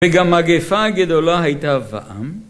וגם מגפה גדולה הייתה בעם